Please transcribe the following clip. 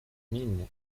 mine